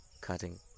cutting